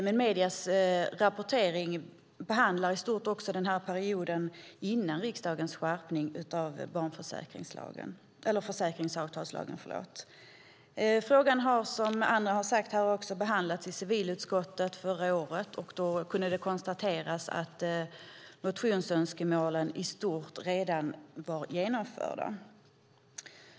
Men mediernas rapportering handlar i stort om perioden innan riksdagens skärpning av försäkringsavtalslagen. Frågan har, som också andra har sagt här, behandlats i civilutskottet förra året. Då kunde det konstateras att motionsönskemålen i stort redan var tillgodosedda.